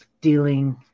dealing